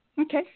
Okay